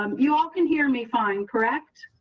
um you all can hear me fine. correct.